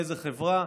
מאיזו חברה,